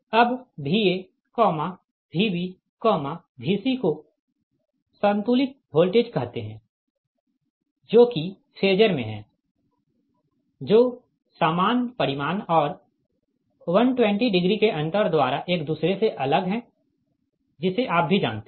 अब Va Vb Vc को संतुलित वोल्टेज कहते है जो कि फेजर में है जो सामान परिमाण और 120 डिग्री के अंतर द्वारा एक दूसरे से अलग है जिसे आप भी जानते है